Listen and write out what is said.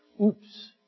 oops